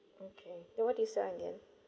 okay then why do you sell again